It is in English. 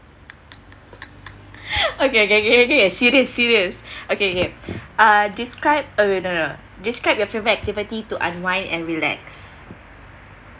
okay okay okay okay serious serious okay okay uh described oh wait no no describe your favourite activity to unwind and relax